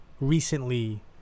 recently